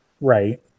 right